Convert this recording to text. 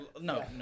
No